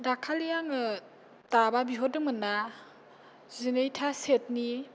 दाखालि आङो दाबा बिहरदोंमोन ना जिनै था सेटनि